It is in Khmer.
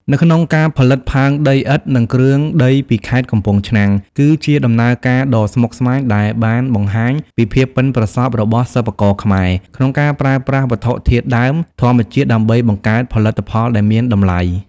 នៅក្នុងការផលិតផើងដីឥដ្ឋ និងគ្រឿងដីពីខេត្តកំពង់ឆ្នាំងគឺជាដំណើរការដ៏ស្មុគស្មាញដែលបានបង្ហាញពីភាពប៉ិនប្រសប់របស់សិប្បករខ្មែរ ក្នុងការប្រើប្រាស់វត្ថុធាតុដើមធម្មជាតិដើម្បីបង្កើតផលិតផលដែលមានតម្លៃ។